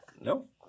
No